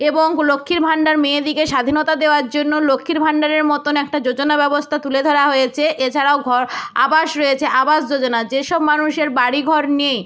এবং লক্ষ্মীর ভাণ্ডার মেয়েদেরকে স্বাধীনতা দেওয়ার জন্য লক্ষ্মীর ভাণ্ডারের মতন একটা যোজনা ব্যবস্থা তুলে ধরা হয়েছে এছাড়াও ঘর আবাস রয়েছে আবাস যোজনা যেসব মানুষের বাড়ি ঘর নেই